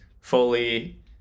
fully